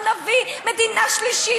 או נביא מדינה שלישית.